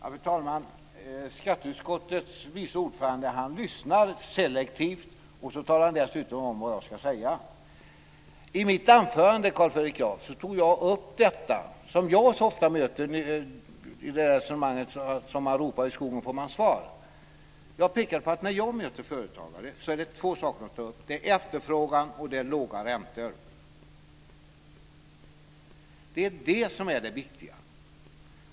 Fru talman! Skatteutskottets vice ordförande lyssnar selektivt. Dessutom talar han om vad jag ska säga. I mitt anförande, Carl Fredrik Graf, tog jag upp det som jag så ofta möter och som stämmer med uttrycket "Som man ropar i skogen får man svar". Jag pekade på att när jag möter företagare är det två saker som de tar upp: efterfrågan och låga räntor. Det är det som är det viktiga.